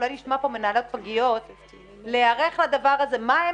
אולי נשמע כאן מנהלות פגיות לגבי מה הם